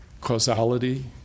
causality